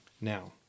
now